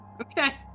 Okay